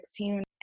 2016